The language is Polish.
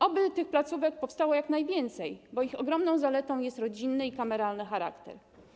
Oby tych placówek powstało jak najwięcej, bo ich ogromną zaletą jest rodzinny i kameralny charakter.